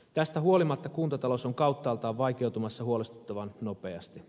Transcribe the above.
tästä huolimatta kuntatalous on kauttaaltaan vaikeutumassa huolestuttavan nopeasti